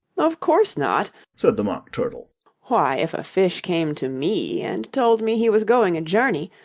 of course not said the mock turtle why, if a fish came to me, and told me he was going a journey,